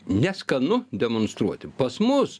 neskanu demonstruoti pas mus